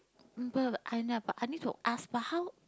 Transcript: um but I never I need to ask but how